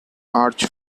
arch